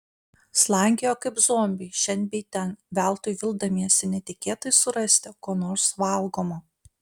slankiojo kaip zombiai šen bei ten veltui vildamiesi netikėtai surasti ko nors valgomo